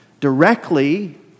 directly